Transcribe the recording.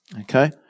okay